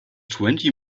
twenty